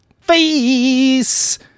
face